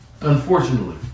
Unfortunately